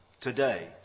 today